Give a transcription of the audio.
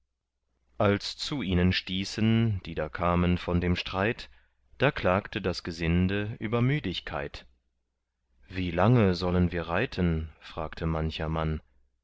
als zu ihnen stießen die da kamen von dem streit da klagte das gesinde über müdigkeit wie lange sollen wir reiten fragte mancher mann